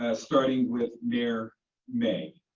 ah starting with mayor mei.